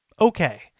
okay